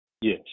yes